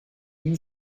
you